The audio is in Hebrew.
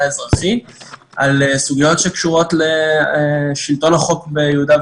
האזרחי על סוגיות שקשורות לשלטון החוק ביהודה ושומרון.